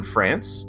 France